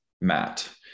Matt